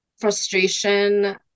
frustration